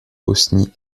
bosnie